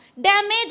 damage